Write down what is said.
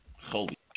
Holy